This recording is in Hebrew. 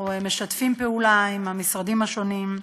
אנחנו משתפים פעולה עם המשרדים השונים,